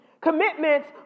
commitments